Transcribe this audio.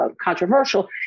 controversial